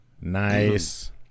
Nice